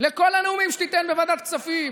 לכל הנאומים שתיתן בוועדת כספים,